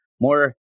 more